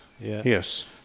Yes